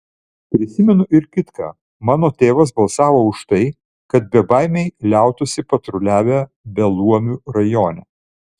prisimenu ir kitką mano tėvas balsavo už tai kad bebaimiai liautųsi patruliavę beluomių rajone